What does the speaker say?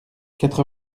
quatre